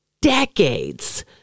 decades